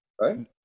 Right